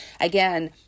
again